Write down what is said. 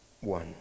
one